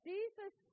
Jesus